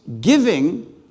giving